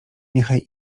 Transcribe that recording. niechaj